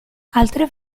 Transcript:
altre